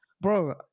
bro